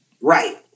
Right